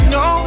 no